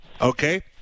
Okay